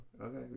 Okay